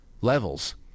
levels